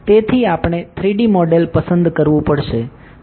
તેથી આપણે 3D model પસંદ કરવું પડશે